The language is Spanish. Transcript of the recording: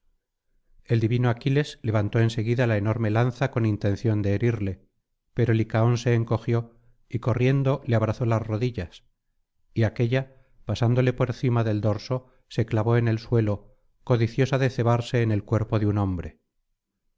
el divino aquiles levantó en seguida la enorme lanza con intención de herirle pero licaón se encogió y corriendo le abrazó las rodillas y aquélla pasándole por cima del dorso se clavó en el suelo codiciosa de cebarse en el cuerpo de un hombre